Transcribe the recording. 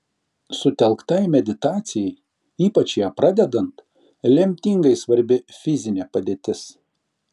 sutelktai meditacijai ypač ją pradedant lemtingai svarbi fizinė padėtis